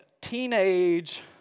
teenage